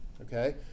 okay